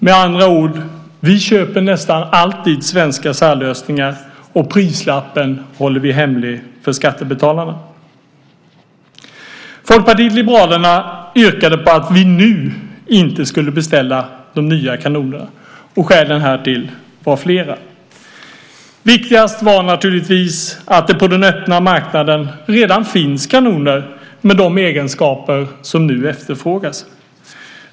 Med andra ord köper vi nästan alltid svenska särlösningar, och prislappen håller vi hemlig för skattebetalarna. Folkpartiet liberalerna yrkade på att vi inte skulle beställa de nya kanonerna nu. Skälen härtill var flera. Viktigast var naturligtvis att det på den öppna marknaden redan finns kanoner med de egenskaper som nu efterfrågas.